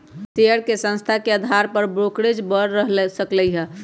share के संख्या के अधार पर ब्रोकरेज बड़ सकलई ह